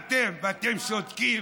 אתם שותקים?